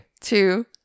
Two